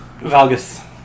Valgus